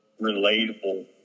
relatable